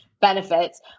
benefits